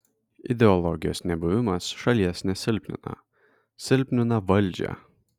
ideologijos nebuvimas šalies nesilpnina silpnina valdžią